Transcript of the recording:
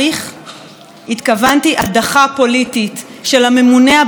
התכוונתי: הדחה פוליטית של הממונה הבכיר על אכיפת החוק